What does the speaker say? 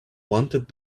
wanted